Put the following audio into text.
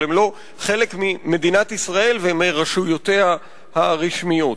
אבל הן לא חלק ממדינת ישראל ומרשויותיה הרשמיות.